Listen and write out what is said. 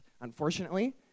unfortunately